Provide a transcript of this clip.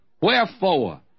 Wherefore